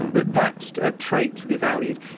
that that so a trait to be valued.